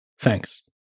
Thanks